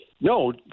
No